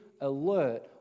alert